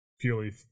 purely